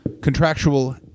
contractual